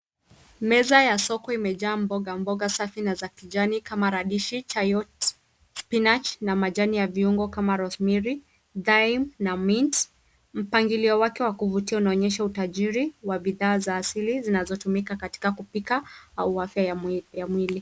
Meza ya soko imejaa mboga mboga safi na za kijani kama radishi, Charlotte , Spinach na majani ya viungo kama Rose mary , Chime na mint. Mpangilio wake wa kuvutia unaonyesha utajiri wa bidhaa za asili zinazotumika kupika au afya ya mwili.